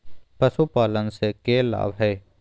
पशुपालन से के लाभ हय?